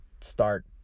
start